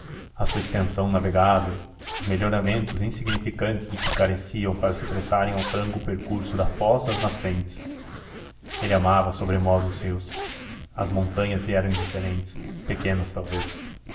a sua extensão navegável os melhoramentos insignificantes de que careciam para se prestarem a um franco percurso da foz às nascentes ele amava sobremodo os rios as montanhas lhe eram indiferentes pequenas talvez